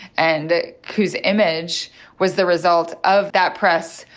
and whose image was the result of that press,